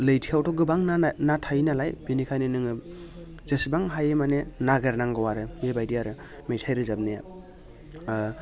लैथोआवथ' गोबां ना थायोनालाय बिनिखायनो नोङो जेसेबां हायो माने नागिरनांगौ आरो बेबायदि आरो मेथाइ रोजाबनाया ओ